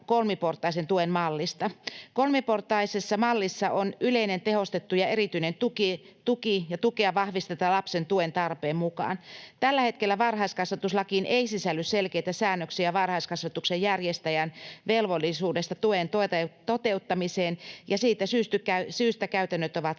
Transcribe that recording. kolmiportaisen tuen mallista. Kolmiportaisessa mallissa on yleinen, tehostettu ja erityinen tuki, ja tukea vahvistetaan lapsen tuentarpeen mukaan. Tällä hetkellä varhaiskasvatuslakiin ei sisälly selkeitä säännöksiä varhaiskasvatuksen järjestäjän velvollisuudesta tuen toteuttamiseen, ja siitä syystä käytännöt ovat